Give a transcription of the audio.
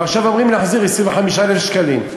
ועכשיו אומרים לי להחזיר 25,000 שקלים.